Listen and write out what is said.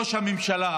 ראש הממשלה,